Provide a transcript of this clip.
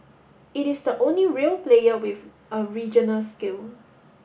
it is the only real player with a regional scale